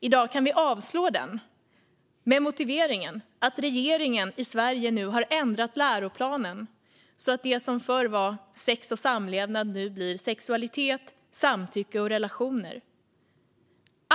I dag kan vi avslå den med motiveringen att regeringen i Sverige nu har ändrat läroplanen så att det som förr var sex och samlevnad nu blir sexualitet, samtycke och relationer.